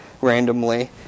randomly